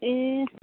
ए